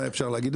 אפשר להגיד,